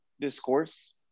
discourse